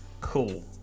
cool